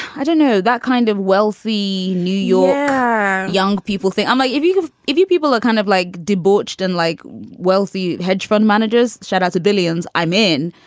i don't know, that kind of wealthy new york yeah young people thing. i'm like, if you if you people are kind of like debauched and like wealthy hedge fund managers shut out the billions i'm in.